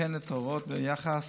וכן את ההוראות ביחס